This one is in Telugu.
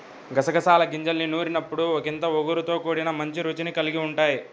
గసగసాల గింజల్ని నూరినప్పుడు ఒకింత ఒగరుతో కూడి మంచి రుచిని కల్గి ఉంటయ్